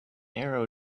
arrow